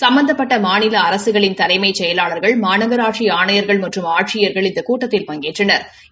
சம்பந்தப்பட்ட மாநில அரசுகளின் தலைமைச் செயலாளர்கள் மாநகராட்சி ஆணையர்கள் மற்றம் ஆட்சியா்கள் இந்த கூட்டத்தில் பங்கேற்றனா்